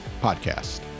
Podcast